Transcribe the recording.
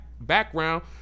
background